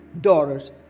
daughters